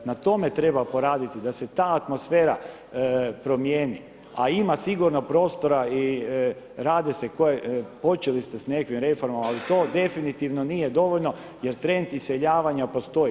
Na tome treba poraditi da se ta atmosfera promijeni, a ima sigurno prostora i rade se, počeli ste s nekakvim reformama ali to definitivno nije dovoljno, jer trend iseljavanja postoji.